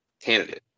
candidate